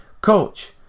coach